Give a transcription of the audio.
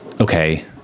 okay